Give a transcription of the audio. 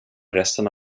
resten